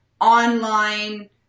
online